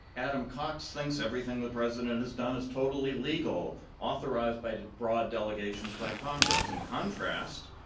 adam cox thinks everything the president has done is totally legal, authorized by broad delegations by congress. in contrast,